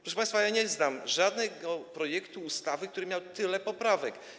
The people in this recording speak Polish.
Proszę państwa, ja nie znam żadnego projektu ustawy, który miałby tyle poprawek.